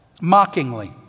mockingly